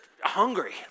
hungry